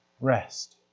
rest